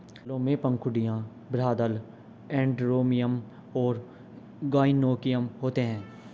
फूलों में पंखुड़ियाँ, बाह्यदल, एंड्रोमियम और गाइनोइकियम होते हैं